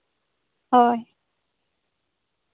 ᱦᱳᱭ